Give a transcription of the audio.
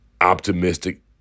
optimistic